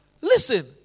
listen